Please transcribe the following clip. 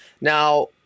Now